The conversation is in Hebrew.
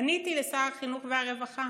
פניתי לשר החינוך והרווחה